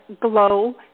glow